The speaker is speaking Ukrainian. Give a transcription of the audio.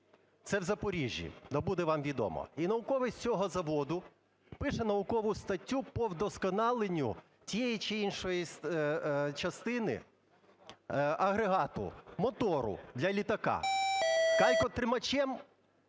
це в Запоріжжі, да буде вам відомо. І науковець цього заводу пише наукову статтю по вдосконаленню тієї чи іншої частини агрегату – мотору для літака. Калькотримачем